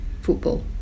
football